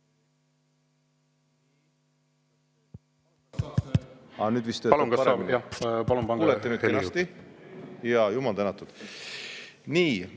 Nii,